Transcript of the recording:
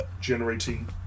generating